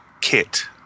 kit